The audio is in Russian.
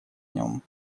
нем